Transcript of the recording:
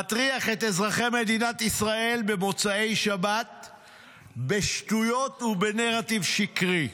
הוא מטריח את אזרחי מדינת ישראל במוצאי שבת בשטויות ובנרטיב שקרי,